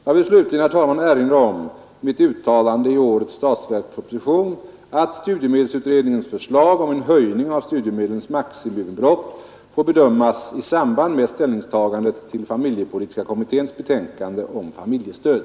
Jag vill slutligen erinra om mitt uttalande i årets statsverksproposition att studiemedelsutredningens förslag om en höjning av studiemedlens ximibelopp får bedömas i samband med ställningstagandet till familjepolitiska kommitténs betänkande om familjestöd.